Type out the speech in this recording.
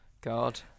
God